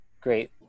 great